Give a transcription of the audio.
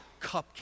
cupcake